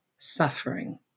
suffering